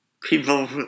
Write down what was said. people